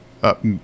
up